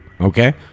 okay